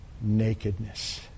nakedness